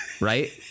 right